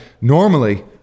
normally